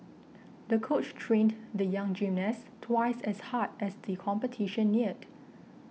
the coach trained the young gymnast twice as hard as the competition neared